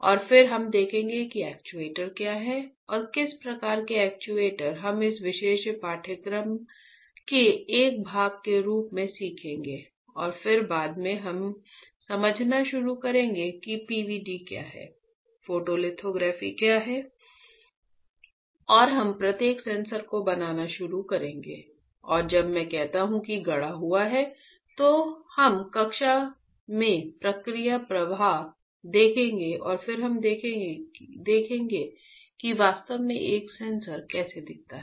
और फिर हम देखेंगे कि एक्चुएटर क्या है और किस प्रकार के एक्चुएटर हम इस विशेष पाठ्यक्रम के एक भाग के रूप में सीखेंगे और फिर बाद में हम समझना शुरू करेंगे कि PVD क्या है फोटोलिथोग्राफी क्या है और हम प्रत्येक सेंसर को बनाना शुरू करेंगे और जब मैं कहता हूं कि गढ़ा हुआ है तो हम कक्षा में प्रक्रिया प्रवाह देखेंगे और फिर हम देखेंगे कि वास्तव में एक सेंसर कैसा दिखता है